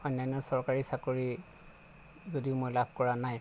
অন্যান্য চৰকাৰী চাকৰি যদিও মই লাভ কৰা নাই